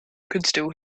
could